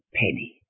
penny